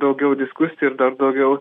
daugiau diskusijų ir dar daugiau